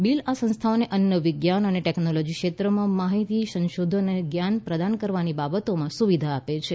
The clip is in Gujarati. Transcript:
બિલ આ સંસ્થાઓને અન્ન વિજ્ઞાન અને ટેકનોલોજીના ક્ષેત્રમાં માહિતી સંશોધન અને જ્ઞાન પ્રદાન કરવાની બાબતમાં સુવિધા આપે છે